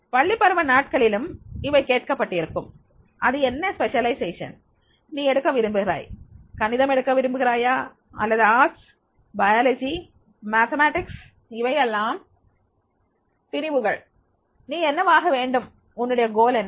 பள்ளிப்பருவ நாட்களிலும் இவை கேட்கப்பட்டிருக்கும் அது என்ன சிறப்புப் பாடங்கள் நீ எடுக்க விரும்புகிறாய் கணிதம் எடுக்க போகிறாயா அல்லது கலைகள் உயிரியல் கணிதம் இவையெல்லாம் பிரிவுகள் நீ என்னவாக வேண்டும் உன்னுடைய குறிக்கோள் என்ன